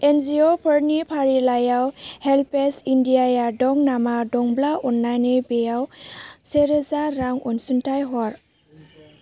एनजिअ फोरनि फारिलाइयाव HelpAge India आ दं नामा दंब्ला अन्नानै बेयाव सेरोजा रां अनसुंथाइ हर